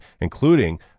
including